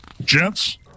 gents